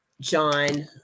John